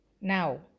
now